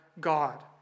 God